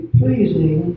pleasing